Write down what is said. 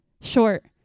short